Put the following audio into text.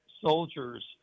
soldiers